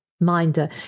minder